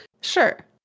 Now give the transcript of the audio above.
Sure